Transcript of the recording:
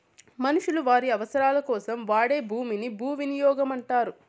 మనుషులు వారి అవసరాలకోసం వాడే భూమిని భూవినియోగం అంటారు